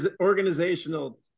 organizational